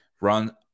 run